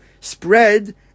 spread